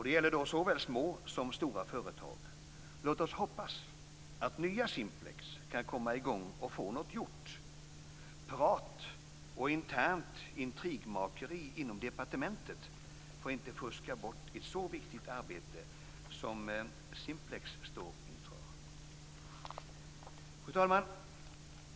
Det gäller såväl små som stora företag. Låt oss hoppas att nya Simplex kan komma i gång och få något gjort. Prat och internt intrigmakeri inom departementet får inte fuska bort ett så viktigt arbete som Simplex står inför. Fru talman!